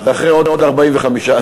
זה אחרי עוד 45 דוברים.